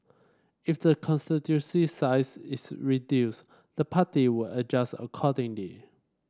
if the constituency's size is reduced the party would adjust accordingly